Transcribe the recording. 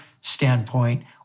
standpoint